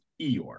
Eeyore